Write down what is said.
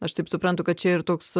aš taip suprantu kad čia ir toks